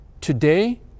Today